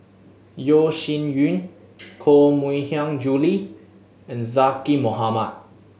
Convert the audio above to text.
Yeo Shih Yun Koh Mui Hiang Julie and Zaqy Mohamad